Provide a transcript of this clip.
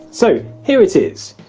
so, here it is.